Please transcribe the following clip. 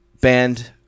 band